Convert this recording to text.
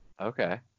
Okay